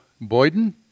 Boyden